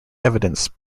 evidence